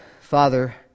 Father